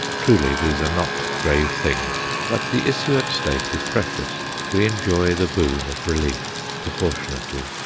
truly these are not grave things, but the issue at stake is precious we enjoy the boon of relief proportionately.